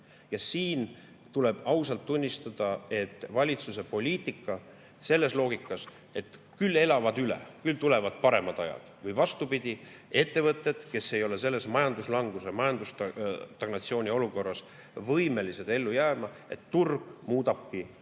Ja siin, tuleb ausalt tunnistada, valitsuse poliitika selles loogikas, et küll elavad üle, küll tulevad paremad ajad või, vastupidi, et [las] ettevõtted, kes ei ole selles majanduslanguse, majanduse stagnatsiooni olukorras võimelised ellu jääma, [surevadki], turg muudabki